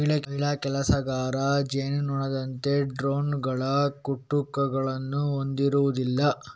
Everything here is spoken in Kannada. ಮಹಿಳಾ ಕೆಲಸಗಾರ ಜೇನುನೊಣದಂತೆ ಡ್ರೋನುಗಳು ಕುಟುಕುಗಳನ್ನು ಹೊಂದಿರುವುದಿಲ್ಲ